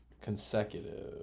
consecutive